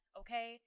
okay